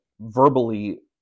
verbally